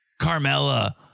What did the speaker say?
Carmella